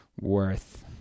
worth